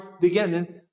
beginning